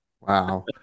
Wow